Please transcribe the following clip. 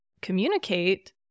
communicate